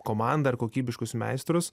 komandą ir kokybiškus meistrus